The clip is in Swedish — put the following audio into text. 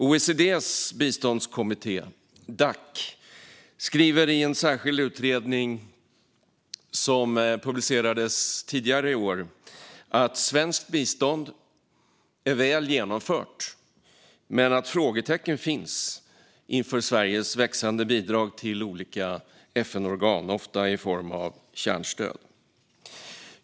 OECD:s biståndskommitté, Dac, skriver i en särskild utredning som publicerades tidigare i år att svenskt bistånd är väl genomfört men att frågetecken finns inför Sveriges växande bidrag till olika FN-organ, ofta i form av kärnstöd.